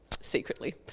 secretly